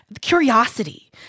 curiosity